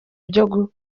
byo